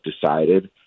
decided